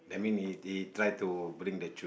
you mean he he try to bring the child~